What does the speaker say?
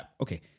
Okay